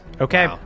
Okay